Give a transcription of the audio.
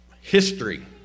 history